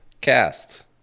Cast